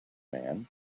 man